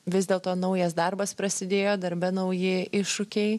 vis dėlto naujas darbas prasidėjo darbe nauji iššūkiai